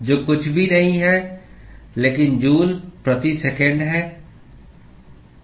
जो कुछ भी नहीं है लेकिन जूल प्रति सेकेंड है